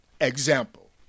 Example